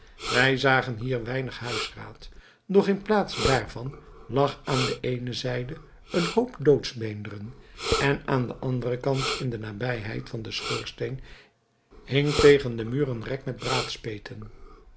wij zagen hier weinig huisraad doch in plaats daarvan lag aan de eene zijde een hoop doodsbeenderen en aan den anderen kant in de nabijheid van den schoorsteen hing tegen den muur een rek met